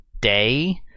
day